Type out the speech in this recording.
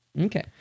Okay